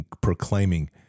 proclaiming